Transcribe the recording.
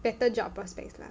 better job prospects lah